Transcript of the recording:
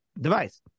device